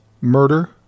murder